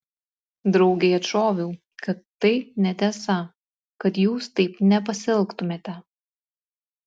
draugei atšoviau kad tai netiesa kad jūs taip nepasielgtumėte